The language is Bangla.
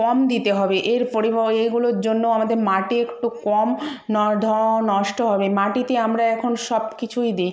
কম দিতে হবে এর এগুলোর জন্য আমাদের মাটি একটু কম নষ্ট হবে মাটিতে আমরা এখন সব কিছুই দিই